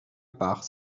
part